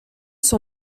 son